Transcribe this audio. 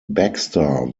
baxter